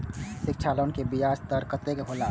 शिक्षा लोन के ब्याज दर कतेक हौला?